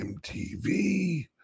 mtv